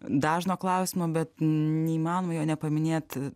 dažno klausimo bet neįmanoma jo nepaminėt